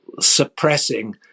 suppressing